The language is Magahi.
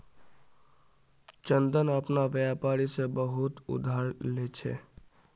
चंदन अपना व्यापारी से बहुत उधार ले छे